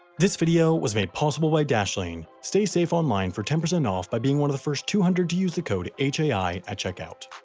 this video was made possible by dashlane. stay safe online for ten percent off by being one of the first two hundred to use the code, hai at checkout.